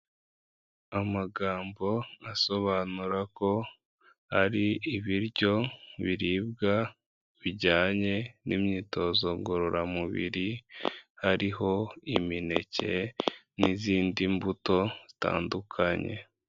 Amagambo asobanura ko ari ibiryo biribwa, bijyanye n'imyitozo ngororamubiri, hariho imineke n'izindi mbuto zitandukanye.